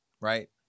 right